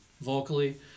vocally